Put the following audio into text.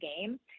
game